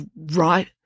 right